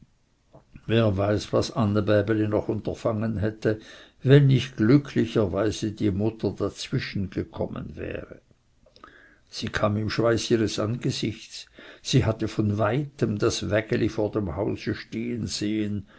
wer weiß was annebäbeli noch unterfangen hätte wenn nicht glücklicherweise die mutter dazwischengekommen wäre sie kam im schweiß ihres angesichts sie hatte von weitem das wägeli vor dem hause stehen sehen